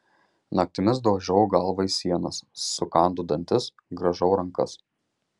naktimis daužau galvą į sienas sukandu dantis grąžau rankas